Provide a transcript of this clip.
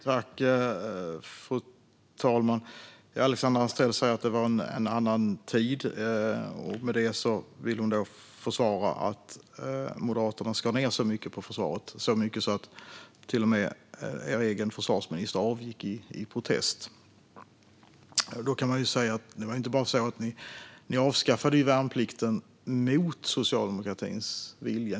Fru talman! Alexandra Anstrell säger att det var en annan tid. Med detta vill hon försvara att Moderaterna skar ned så mycket på försvaret att till och med deras egen försvarsminister avgick i protest. Ni avskaffade värnplikten mot socialdemokratins vilja.